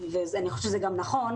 ואני חושבת שזה גם נכון,